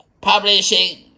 publishing